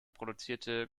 produzierte